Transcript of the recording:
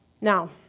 Now